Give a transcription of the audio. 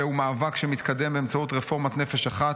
זהו מאבק שמתקדם באמצעות רפורמת נפש אחת,